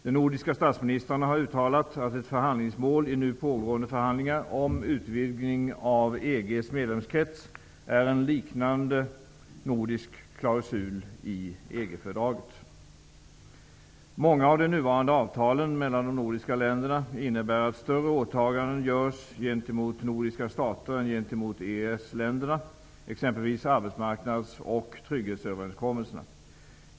De nordiska statsministrarna har uttalat att ett förhandlingsmål i nu pågående förhandlingar om utvidgning av EG:s medlemskrets är en liknande nordisk klausul i EG Många av de nuvarande avtalen mellan de nordiska länderna innebär att större åtaganden görs gentemot nordiska stater än gentemot EES länderna, exempelvis arbetsmarknads och trygghetsöverenskommelserna.